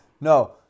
no